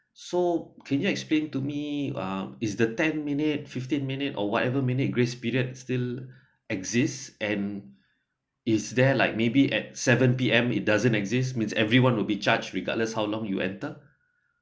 so can you explain to me um is the ten minute fifteen minute or whatever minute grace period still exist and is there like maybe at seven P_M it doesn't exist means everyone would be charge regardless how long you enter